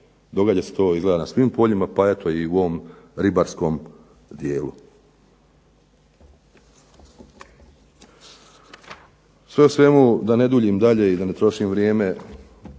događa se to izgleda na svim poljima pa eto i u ovom ribarskom dijelu. Sve u svemu, da ne duljim dalje i da ne trošim vrijeme